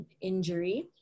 injury